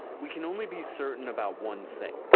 we can only be certain about one thing.